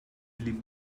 lip